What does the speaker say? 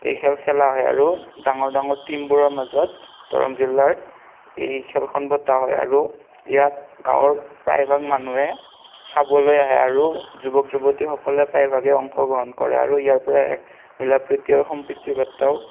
এই খেল খেলা হয় আৰু ডাঙৰ ডাঙৰ টিমবোৰৰ মাজত দৰং জিলাৰ এই খেলখন পতা হয় আৰু ইয়াত গাঁৱৰ প্ৰায়ভাগ মানুহে চাবলৈ আহে আৰু যুৱক যুৱতীসকলে প্ৰায়ভাগেই অংশগ্ৰহণ কৰে আৰু ইয়াৰ পৰা এক মিলা প্ৰীতি আৰু সম্প্ৰীতিৰ বাৰ্তাও